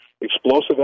explosive